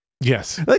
yes